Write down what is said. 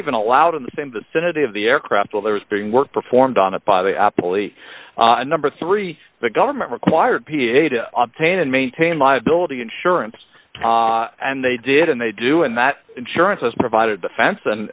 even allowed in the same vicinity of the aircraft while there was being work performed on it by the apple e number three the government required p a to obtain and maintain liability insurance and they did and they do and that insurance has provided the fence and